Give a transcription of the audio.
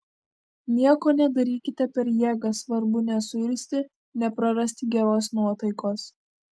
nieko nedarykite per jėgą svarbu nesuirzti neprarasti geros nuotaikos